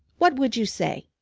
what would you say?